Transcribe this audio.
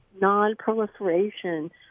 non-proliferation